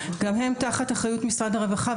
גם הם תחת אחריות משרד הרווחה,